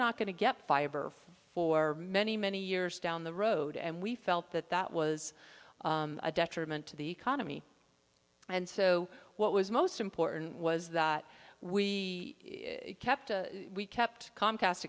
not going to get fiber for many many years down the road and we felt that that was a detriment to the economy and so what was most important was that we kept we kept comcast